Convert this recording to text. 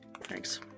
Thanks